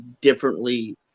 differently